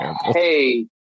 hey